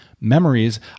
Memories